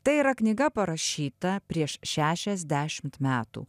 tai yra knyga parašyta prieš šešiasdešimt metų